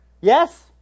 Yes